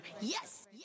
Yes